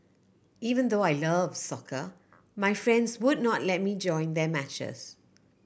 even though I love soccer my friends would not let me join their matches